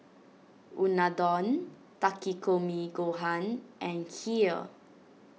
Unadon Takikomi Gohan and Kheer